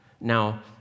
Now